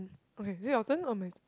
okay is it your turn or mine